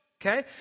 okay